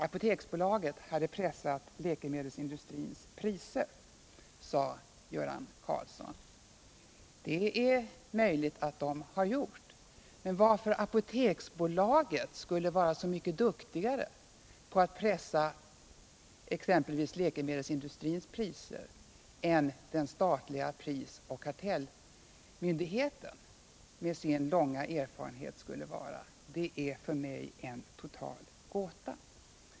Apoteksbolaget hade pressat läkemedelsindustrins priser, sade Göran Karlsson. Det är möjligt att det har gjort detta. Men varför skulle Apoteksbolaget vara så mycket duktigare på att pressa läkemedelsindustrins priser än t.ex. den statliga prisoch kartellmyndigheten med sin långa erfarenhet? Det är för mig en total gåta.